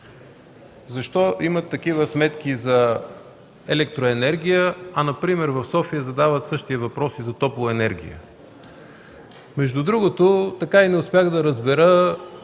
„Защо имат такива сметки за електроенергия, а в София задават същия въпрос и за топлоенергията?”. Между другото така и не успях да разбера